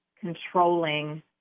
controlling